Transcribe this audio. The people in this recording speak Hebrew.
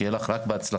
שיהיה לך רק בהתחלה.